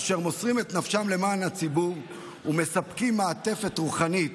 אשר מוסרים את נפשם למען הציבור ומספקים מעטפת רוחנית,